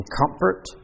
comfort